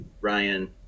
Ryan